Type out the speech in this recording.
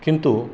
किन्तु